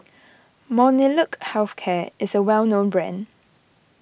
Molnylcke Health Care is a well known brand